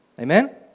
Amen